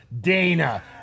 Dana